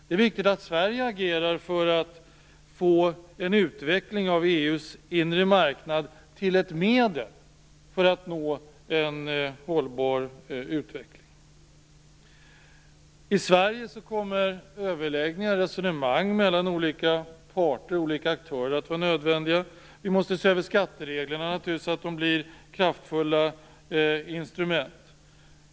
Det är viktigt att Sverige agerar för att få en utveckling av EU:s inre marknad till ett medel för att nå en hållbar utveckling. I Sverige kommer överläggningar, resonemang, mellan olika aktörer att vara nödvändiga. Vi måste se över skattereglerna så att de blir kraftfulla instrument.